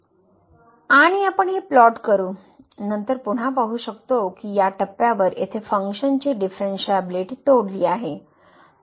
आणि आपण हे प्लॉट करू आणि नंतर पुन्हा पाहू शकतो की या टप्प्यावर येथे फंक्शनची डीफरनशिअबिलीटी तोडली आहे